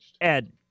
Ed